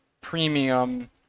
premium